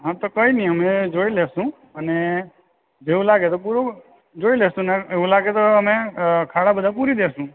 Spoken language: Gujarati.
હાં તો કંઈ નહીં અમે જોઈ લઈશું અને જેવું લાગે તો અમે જોઈ લઈશું અને એવું લાગે તો અમે ખાડા બધાં પૂરી દઈશું